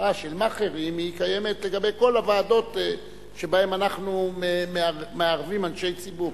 התופעה של מאכערים קיימת לגבי כל הוועדות שבהן אנחנו מערבים אנשי ציבור.